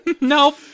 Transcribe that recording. No